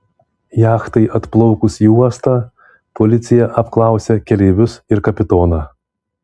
jachtai atplaukus į uostą policija apklausė keleivius ir kapitoną